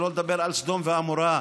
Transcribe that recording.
שלא לדבר על סדום ועמורה.